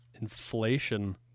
Inflation